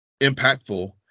impactful